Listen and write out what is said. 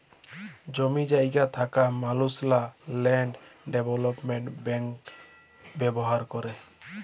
জমি জায়গা থ্যাকা মালুসলা ল্যান্ড ডেভলোপমেল্ট ব্যাংক ব্যাভার ক্যরে